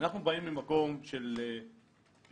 אנחנו באים ממקום של השטח,